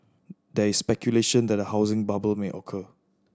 there is speculation that a housing bubble may occur